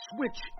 Switch